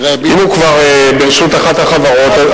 אם הוא כבר ברשות אחת החברות,